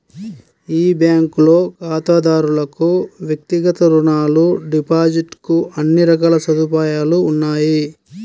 ఈ బ్యాంకులో ఖాతాదారులకు వ్యక్తిగత రుణాలు, డిపాజిట్ కు అన్ని రకాల సదుపాయాలు ఉన్నాయి